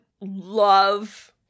love